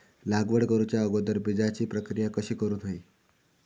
लागवड करूच्या अगोदर बिजाची प्रकिया कशी करून हवी?